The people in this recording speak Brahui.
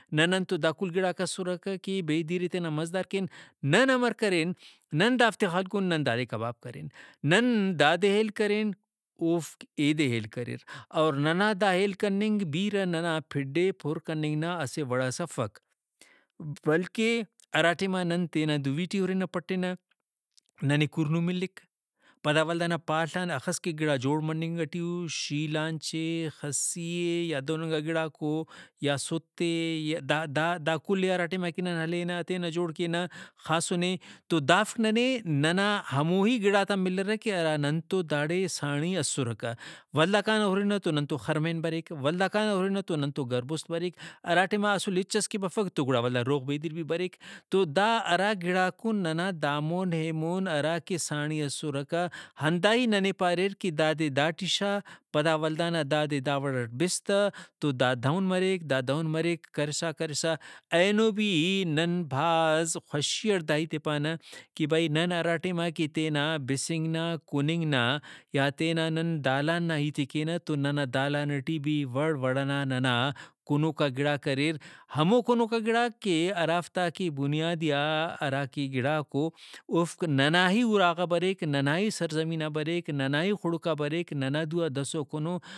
نہ ننتو دا کل گڑاک اسرکہ کہ بے دیرئے تینا مزہ دار کین نن امر کرین نن دافتے خلکُن نن دادے کباب کرین نن دادے ہیل کرین اوفک ایدے ہیل کریر اور ننا دا ہیل کننگ بیرہ ننا پھڈ ئے پُر کننگ نا اسہ وڑ ئس افک بلکہ ہرا ٹائما نن تینا دُوی ٹی ہُرنہ پٹنہ ننے کُرنو ملک پدا ولدا نا پال آن ہخس کہ گڑا جوڑ مننگ ٹی او شیلانچ اے خسۤی اے یا دہننگا گڑاکو یا سُت اے دا دا دا کل ئے ہرا ٹائما کہ نن ہلینہ ہتینہ جوڑ کینہ خاسُن ئے تو دافک ننے ننا ہموہی گڑاتان ملرہ کہ ہرا ننتو داڑے ساڑی اسرکہ۔ ولدا کناہُرنہ تو نن تو خرمین بریک ولدا کانہ ہُرنہ تو نن تو گربُست بریک ہرا ٹائما اسُل ہچس کہ بفک تو گڑا ولدا روغ بے دیر بھی بریک۔ تودا ہرا گڑاکو ننا دامون ایمون ہراکہ ساڑی اسرکہ ہنداہی ننے پاریرکہ دادے داٹی شاغ پدا ولدانا دادے دا وڑٹ بِس تہ تو دا دہن مریک دا دہن مریک کرسا کرسا اینو بھی نن بھاز خوشی اٹ دا ہیتے پانہ کہ بھئی نن ہراٹائما کہ تینا بسنگ نا کُننگ نا یا تینا نن دالان نا ہیتے کینہ تو ننا دالان ٹی بھی وڑ وڑ ئنا ننا کُنوکا گڑاک اریر ہمو کُنوکا گڑاک کہ ہرافتا کہ بنیادیئا ہراکہ گڑاکو اوفک ننا ہی اُراغا بریک ننا ہی سرزمینا بریک ننا ہی خڑکا بریک ننا دو آ دسوکونو